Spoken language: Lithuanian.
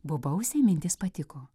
bobausei mintis patiko